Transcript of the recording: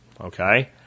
Okay